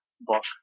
book